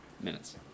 minutes